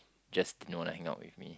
just didn't want to hangout with me